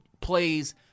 plays